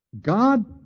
God